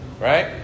right